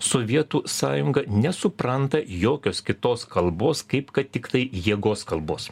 sovietų sąjunga nesupranta jokios kitos kalbos kaip kad tiktai jėgos kalbos